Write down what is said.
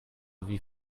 wie